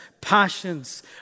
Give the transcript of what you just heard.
passions